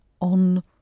On